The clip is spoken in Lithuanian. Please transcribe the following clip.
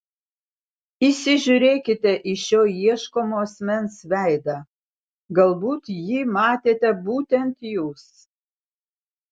įsižiūrėkite į šio ieškomo asmens veidą galbūt jį matėte būtent jūs